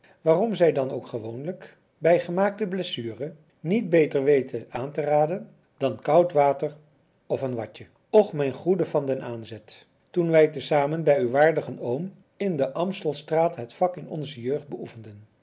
waarom zij dan ook gewoonlijk bij gemaakte blessure niet beter weten aan te raden dan koud water of een watje och mijne goede van den aanzett toen wij te zamen bij uw waardigen oom in de amstelstraat het vak in onze jeugd beoefenden